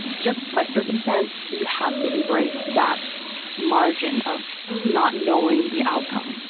just by circumstance, you have to embrace that margin of not knowing the outcome.